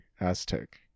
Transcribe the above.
Aztec